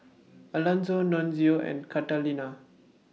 Alanzo Nunzio and Catalina